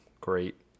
great